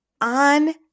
on